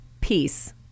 peace